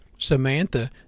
Samantha